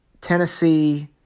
Tennessee